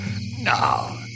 No